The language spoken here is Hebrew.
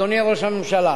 אדוני ראש הממשלה,